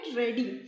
ready